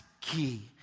key